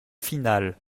final